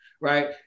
right